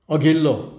अघिल्लो